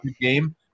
game